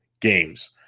games